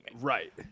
Right